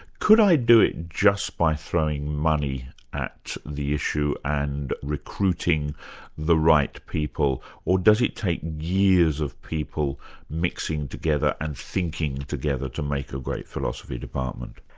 could i do it just by throwing money at the issue and recruiting the right people, or does it take years of people mixing together and thinking together to make a great philosophy department?